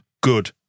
good